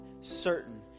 certain